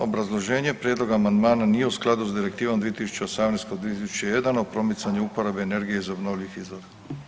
Obrazloženje, prijedlog amandmana nije u skladu s Direktivom 2018/2001 o promicanju uporabe energije iz obnovljivih izvora.